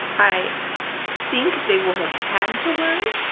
i think they will have had to learn,